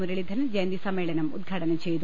മുരളീധർൻ ജയന്തി സമ്മേളനം ഉദ്ഘാടനം ചെയ്തു